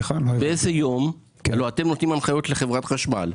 הרי אתם נותנים הנחיות לחברת החשמל.